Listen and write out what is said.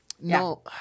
No